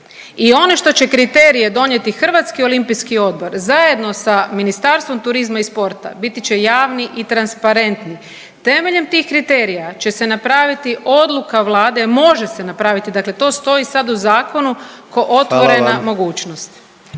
I ono što će kriterije donijeti Hrvatski olimpijski odbor zajedno sa Ministarstvom turizma i sporta biti će javni i transparentni. Temeljem tih kriterija će se napraviti odluka Vlade može se napraviti, dakle to stoji sad u zakonu kao otvorena mogućnost.